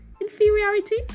inferiority